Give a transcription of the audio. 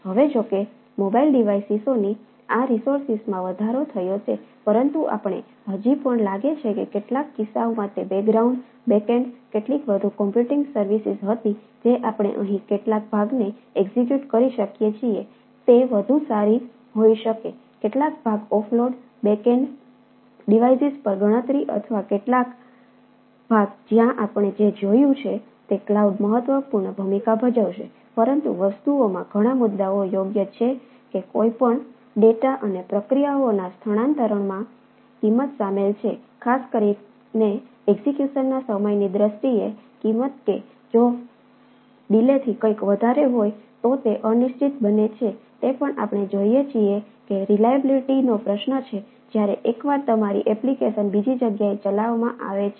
હવે જોકે મોબાઇલ ડિવાઈસીસોની આ રિસોર્સિસમાં વધારો થયો છે પરંતુ આપણને હજી પણ લાગે છે કે કેટલાક કિસ્સાઓમાં તે બેકગ્રાઉન્ડ નો પ્રશ્ન છે જ્યારે એકવાર તમારી એપ્લિકેશન બીજી જગ્યાએ ચાલવામાં આવે છે